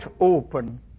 open